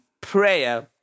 prayer